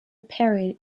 parody